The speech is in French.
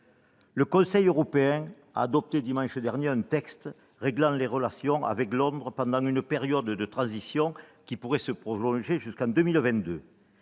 Le Conseil européen a adopté dimanche dernier un texte réglant les relations avec Londres pendant une période de transition, qui pourrait se prolonger jusqu'en 2022.